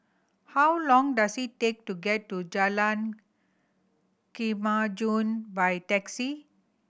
how long does it take to get to Jalan Kemajuan by taxi